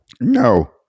No